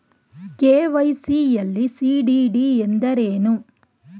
KYC ಯಲ್ಲಿ CDD ಎಂದರೇನು?